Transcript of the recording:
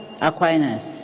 Aquinas